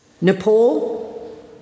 Nepal